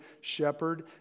shepherd